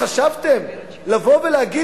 חשבתם לבוא ולהגיד,